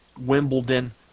Wimbledon